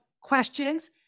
questions